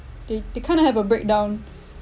they they kind of have a breakdown